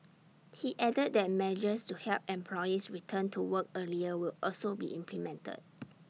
he added that measures to help employees return to work earlier will also be implemented